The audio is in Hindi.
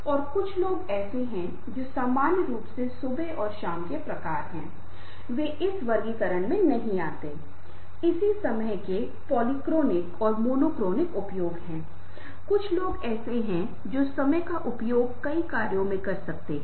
संदर्भ कुछ ऐसा है जिसके भीतर कुछ अस्पष्टताओं को स्पष्ट किया जा सकता है कुछ क्षेत्रों में मुश्किल हो सकती है कि उन्हें विस्तार की आवश्यकता हो सकती है और यह वह संदर्भ है जो आपके लिए चीजों के अर्थ को समझना संभव बनाता है